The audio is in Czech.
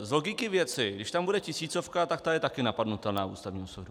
Z logiky věci, když tam bude tisícovka, tak ta je také napadnutelná Ústavním soudem.